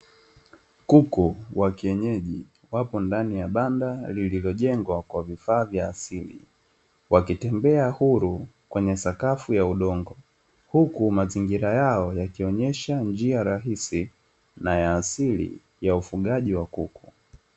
Kuku wa kienyeji wapo ndani ya banda lililojengwa kwa vifaa vya asili, wakitembea huru kwenye sakafu ya udongo, huku mazingira yao yakionyesha njia rahisi na ya asili ya ufugaji wa kuku.